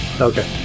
okay